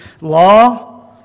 Law